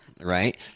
right